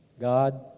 God